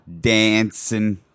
dancing